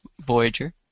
Voyager